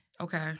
Okay